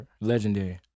Legendary